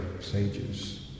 sages